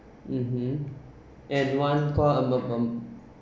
mmhmm and one